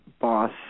Boss